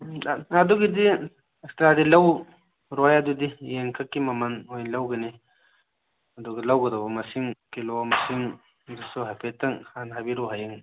ꯑꯗꯨꯒꯤꯗꯤ ꯑꯦꯛꯁꯇ꯭ꯔꯥꯗꯤ ꯂꯧ ꯔꯣꯏ ꯑꯗꯨꯗꯤ ꯌꯦꯟ ꯈꯛꯀꯤ ꯃꯃꯜ ꯑꯣꯏꯅ ꯂꯧꯒꯅꯤ ꯑꯗꯨꯒ ꯂꯧꯒꯗꯕ ꯃꯁꯤꯡ ꯀꯤꯂꯣ ꯃꯁꯤꯡ ꯑꯗꯨꯁꯨ ꯍꯥꯏꯐꯦꯠꯇꯪ ꯍꯥꯟꯅ ꯍꯥꯏꯕꯤꯔꯛꯑꯣ ꯍꯌꯦꯡ